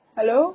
Hello